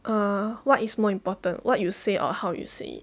err what is more important what you say or how you say it